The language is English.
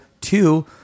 two